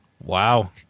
Wow